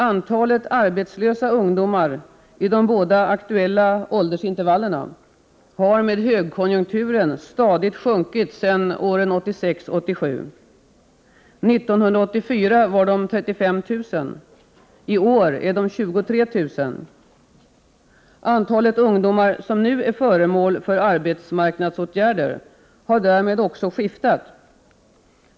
Antalet arbetslösa ungdomar i de båda aktuella åldersintervallerna har med högkonjunkturen stadigt sjunkit sedan åren 1986 och 1987. År 1984 var antalet 35 000. I år är det 23 000. Antalet ungdomar som är föremål för arbetsmarknadsåtgärder har därmed också skiftat.